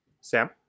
Sam